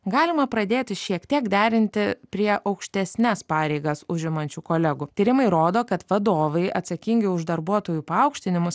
galima pradėti šiek tiek derinti prie aukštesnes pareigas užimančių kolegų tyrimai rodo kad vadovai atsakingi už darbuotojų paaukštinimus